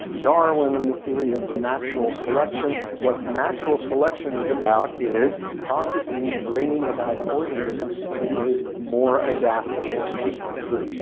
darwin and the theory of natural selection. what natural selection is about is processes bringing about an organism who is more adaptive, what we just went through.